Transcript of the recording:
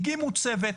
הקימו צוות,